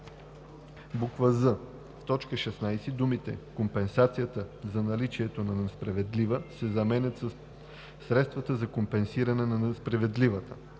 з) в т. 16 думите „компенсацията за наличието на несправедлива“ се заменят със „средствата за компенсиране на несправедливата“;